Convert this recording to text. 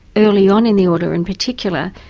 early on in the order in particular,